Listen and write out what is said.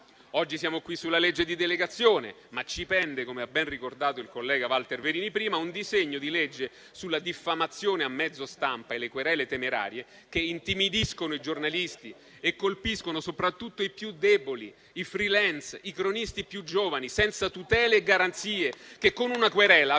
Oggi siamo qui sul disegno di legge di delegazione europea, ma ci pende, come ha ben ricordato il collega Walter Verini prima, un disegno di legge sulla diffamazione a mezzo stampa e le querele temerarie che intimidiscono i giornalisti e colpiscono soprattutto i più deboli, i *freelance,* i cronisti più giovani senza tutele e garanzie, che con una querela